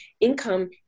Income